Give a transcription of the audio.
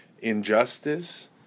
injustice